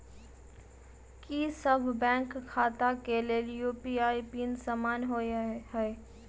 की सभ बैंक खाता केँ लेल यु.पी.आई पिन समान होइ है?